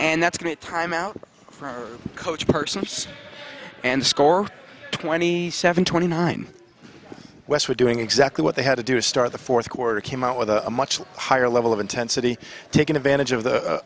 and that's a great time out for coach persons and score twenty seven twenty nine west were doing exactly what they had to do is start the fourth quarter came out with a much higher level of intensity taking advantage of the